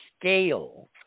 scale